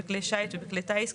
בכלי שיט וכלי טיס,